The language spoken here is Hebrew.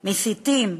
מסיתים,